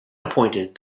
appointed